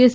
S